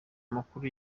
makuru